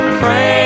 pray